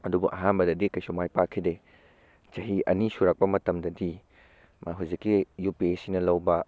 ꯑꯗꯨꯕꯨ ꯑꯍꯥꯟꯕꯗꯗꯤ ꯀꯩꯁꯨ ꯃꯥꯏ ꯄꯥꯛꯈꯤꯗꯦ ꯆꯍꯤ ꯑꯅꯤ ꯁꯨꯔꯛꯄ ꯃꯇꯝꯗꯗꯤ ꯃꯥ ꯍꯧꯖꯤꯛꯀꯤ ꯌꯨ ꯄꯤ ꯑꯦꯁ ꯁꯤꯅ ꯂꯧꯕ